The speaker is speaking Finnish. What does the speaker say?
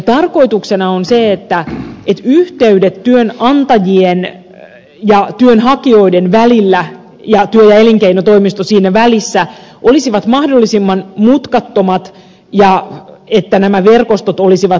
tarkoituksena on se että yhteydet työnantajien ja työnhakijoiden välillä ja työ ja elinkeinotoimisto siinä välissä olisivat mahdollisimman mutkattomat ja että nämä verkostot olisivat laajat